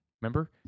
Remember